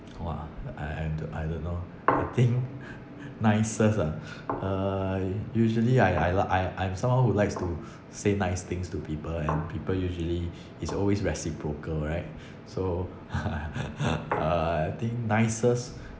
!wah! I I d~ I don't know I think nicest ah uh usually I I l~ I I'm someone who likes to say nice things to people and people usually is always reciprocal right so uh I think nicest